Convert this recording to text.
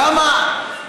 למה?